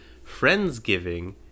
Friendsgiving